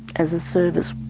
as a service.